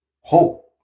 hope